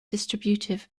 distributive